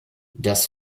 das